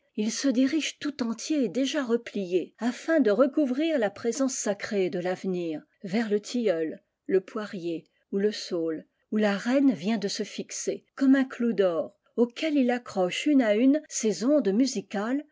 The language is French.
il se dirige tout entier et déjà replié afin de recouvrir la présence sacrée de tavenir vers le tilleul le poirier ou le saule où la reine vient de se fixer comme un clou d'or auquel il accroche une à une ses ondes musicales